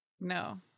No